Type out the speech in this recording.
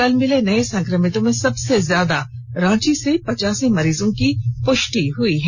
कल मिले नए संक्रमितों में सबसे ज्यादा रांची से पचासी मरीजों की पुष्टि हुई है